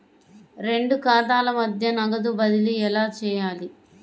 రెండు ఖాతాల మధ్య నగదు బదిలీ ఎలా చేయాలి?